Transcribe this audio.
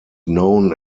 known